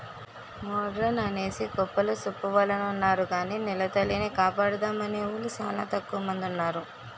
modern అనేసి గొప్పలు సెప్పెవొలున్నారు గాని నెలతల్లిని కాపాడుతామనేవూలు సానా తక్కువ మందున్నారు